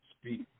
speak